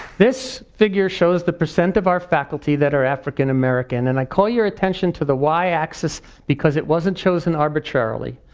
this figure shows the percent of our faculty that are african american and i call your attention to the y axis because it wasn't chosen arbitrarily.